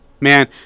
Man